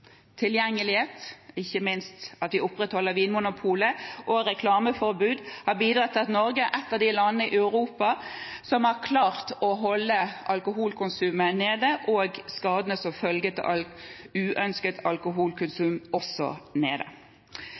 tilgjengelighet og ikke minst at vi opprettholder vinmonopol og reklameforbud som har bidratt til at Norge er et av de landene i Europa som har klart å holde alkoholkonsumet og skadene som følge av uønsket alkoholkonsum, nede.